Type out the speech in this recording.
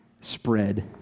spread